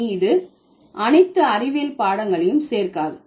இனி இது அனைத்து அறிவியல் பாடங்களையும் சேர்க்காது